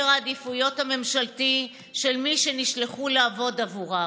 העדיפויות הממשלתי של מי שנשלחו לעבוד עבורם.